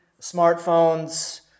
smartphones